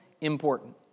important